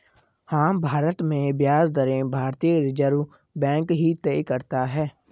हाँ, भारत में ब्याज दरें भारतीय रिज़र्व बैंक ही तय करता है